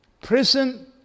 Prison